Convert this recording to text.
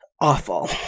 Awful